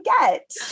get